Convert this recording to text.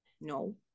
no